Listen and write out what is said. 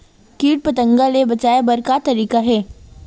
कीट पंतगा ले बचाय बर का तरीका हे?